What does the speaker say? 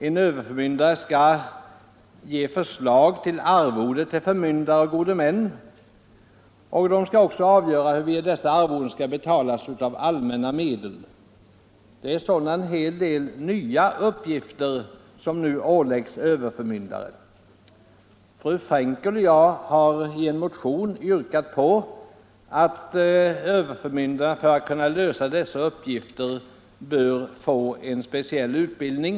En överförmyndare skall ge förslag till arvode åt förmyndare och gode män och skall också avgöra huruvida dessa arvoden skall betalas av allmänna medel. Det är sålunda en hel del nya uppgifter som nu åläggs överförmyndare. Fru Frenkel och jag har i en motion yrkat på att överförmyndaren för att kunna fullgöra dessa uppgifter skall få en speciell utbildning.